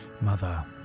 Mother